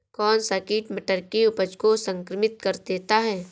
कौन सा कीट मटर की उपज को संक्रमित कर देता है?